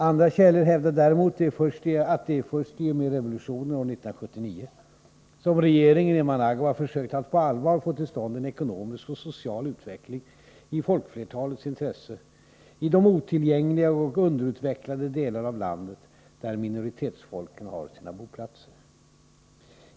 Andra källor hävdar däremot att det är först i och med revolutionen år 1979 som regeringen i Managua försökt att på allvar få till stånd en ekonomisk och social utveckling i folkflertalets intresse i de otillgängliga och underutvecklade delar av landet där minoritetsfolken har sina boplatser.